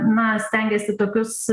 na stengiasi tokius